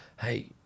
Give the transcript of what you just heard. hey